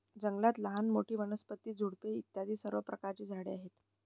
जंगलात लहान मोठी, वनस्पती, झुडपे इत्यादी सर्व प्रकारची झाडे आहेत